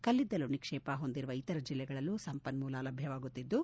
ಕಲ್ಲಿದ್ದಲು ನಿಕ್ಷೇಪ ಹೊಂದಿರುವ ಇತರ ಜಲ್ಲೆಗಳಲ್ಲೂ ಸಂಪನ್ನೂಲ ಲಭ್ಯವಾಗುತ್ತಿದ್ದು